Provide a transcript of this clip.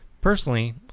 Personally